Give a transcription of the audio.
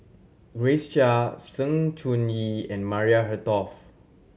Grace Chia Sng Choon Yee and Maria Hertogh